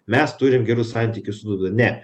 mes turim gerus santykius su dūda ne